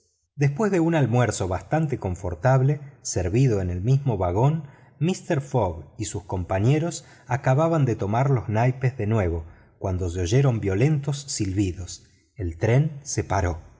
después de un almuerzo bastante confortable servido en el mismo vagón mister fogg y sus compañeros acababan de tomar los naipes de nuevo cuando se oyeron violentos silbidos el tren se paró